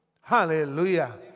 Hallelujah